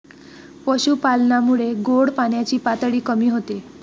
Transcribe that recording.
पशुपालनामुळे गोड पाण्याची पातळी कमी होते